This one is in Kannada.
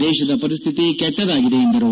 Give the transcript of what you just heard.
ದೇಶದ ಪರಿಶ್ಠಿತಿ ಕೆಟ್ಟಾಗಿದೆ ಎಂದರು